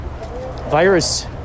virus